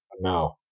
No